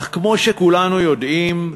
אך כמו שכולנו יודעים,